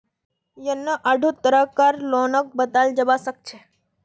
यन्ने आढ़ो तरह कार लोनक बताल जाबा सखछे